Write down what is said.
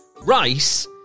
rice